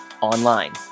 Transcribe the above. Online